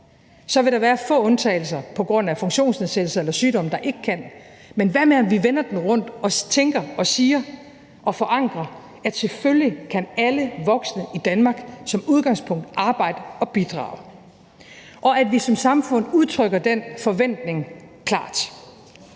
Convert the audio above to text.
Så vil der være få undtagelser på grund af funktionsnedsættelse eller sygdom, hvor folk ikke kan, men hvad med, om vi vender den rundt og tænker og siger og forankrer, at selvfølgelig kan alle voksne i Danmark som udgangspunkt arbejde og bidrage, og at vi som samfund udtrykker den forventning klart?